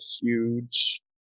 huge